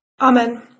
Amen